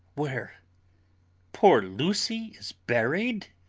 where poor lucy is buried?